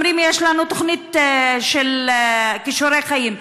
אומרים: יש לנו תוכנית של כישורי חיים,